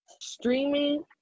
streaming